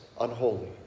unholy